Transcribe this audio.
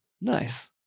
nice